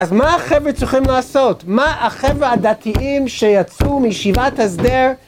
אז מה החבר'ה צריכים לעשות? מה החבר'ה הדתיים שיצאו מישיבת הסדר?